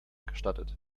gestattet